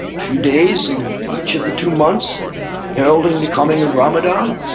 a few days in each of the two months heralding the coming of ramadan,